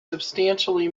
substantially